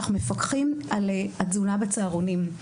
אנחנו מפקחים על התזונה בצהרונים.